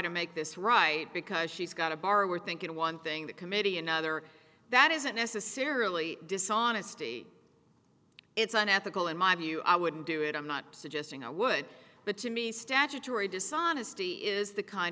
to make this right because she's got a bar we're thinking one thing the committee another that isn't necessarily dishonesty it's unethical in my view i wouldn't do it i'm not suggesting i would but to me statutory dishonesty is the kind